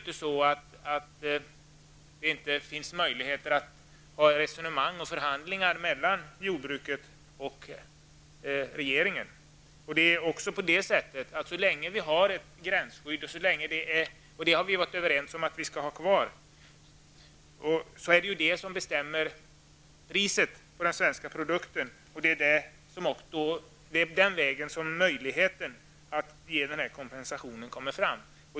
Det finns ju möjligheter för jordbruket och regeringen att resonera och bedriva förhandlingar. Så länge det finns ett gränsskydd -- och vi är ju överens om att gränsskyddet skall vara kvar -- bestäms priset på den svenska produkten utifrån detta. Där finns också möjligheten att ge denna kompensation.